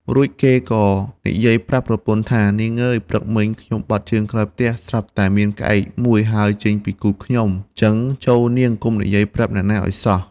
រួចគេក៏និយាយប្រាប់ប្រពន្ធថា៖ "នាងអើយ ព្រឹកមិញ ខ្ញុំបត់ជើងក្រោយផ្ទះ ស្រាប់តែមានក្អែកមួយហើរចេញពីគូទខ្ញុំ ចឹងចូរនាងកុំនិយាយប្រាប់អ្នកណាឱ្យសោះ"។